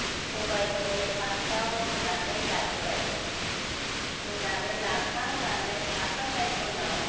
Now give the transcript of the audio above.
सबायखौ फास्ताव रुनानै लाग्रोबाय रुनानै लाखांनानै लाखांनायनि उनाव